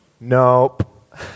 Nope